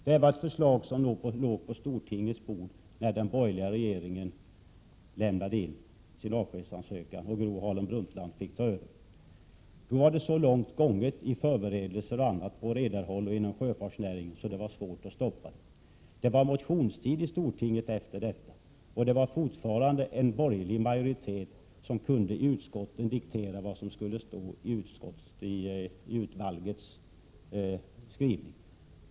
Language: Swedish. Det låg ett förslag på stortingets bord när den borgerliga regeringen lämnade in sin avskedsansökan och Gro Harlem Brundtland fick ta över. Då var det så långt gånget beträffande förberedelser och annat på redarhåll och inom sjöfartsnäringen att det var svårt att stoppa det hela. Det var fortfarande en borgerlig majoritet som i utskottet kunde diktera vad som skulle stå i ”utvalgets” skrivning.